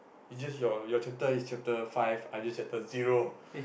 it's just your your chapter is chapter five I just chapter zero